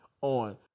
on